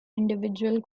individual